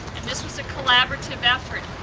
and this was a collaborative effort.